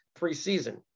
preseason